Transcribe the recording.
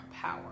power